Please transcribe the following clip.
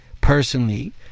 personally